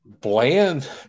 Bland